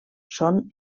són